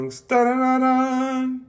Da-da-da-da